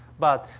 but,